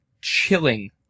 chilling